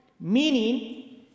Meaning